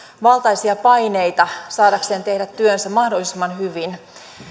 valtaisia paineita saadakseen tehdä työnsä mahdollisimman hyvin